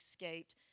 escaped